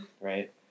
Right